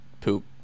poop